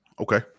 Okay